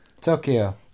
Tokyo